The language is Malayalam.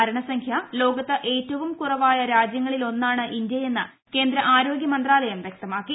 മരണസംഖ്യ ലോകത്ത് ഏറ്റവും കുറവായ രാജൃങ്ങളിലൊന്നാണ് ഇന്തൃയെന്ന് കേന്ദ്ര ആരോഗൃമന്ത്രാലയം വൃക്തമാക്കി